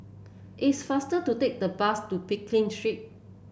it's faster to take the bus to Pekin Street